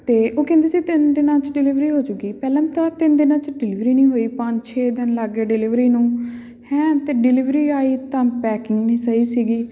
ਅਤੇ ਉਹ ਕਹਿੰਦੇ ਸੀ ਤਿੰਨ ਦਿਨਾਂ 'ਚ ਡਿਲੀਵਰੀ ਹੋਜੂਗੀ ਪਹਿਲਾਂ ਤਾਂ ਤਿੰਨ ਦਿਨਾਂ 'ਚ ਡਿਲੀਵਰੀ ਨਹੀਂ ਹੋਈ ਪੰਜ ਛੇ ਦਿਨ ਲੱਗ ਗਏ ਡਿਲੀਵਰੀ ਨੂੰ ਹੈਂ ਅਤੇ ਡਿਲੀਵਰੀ ਆਈ ਤਾਂ ਪੈਕਿੰਗ ਨਹੀਂ ਸਹੀ ਸੀਗੀ